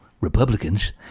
Republicans